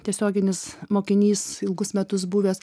tiesioginis mokinys ilgus metus buvęs